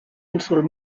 insult